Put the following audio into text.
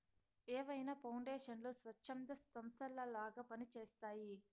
ఏవైనా పౌండేషన్లు స్వచ్ఛంద సంస్థలలాగా పని చేస్తయ్యి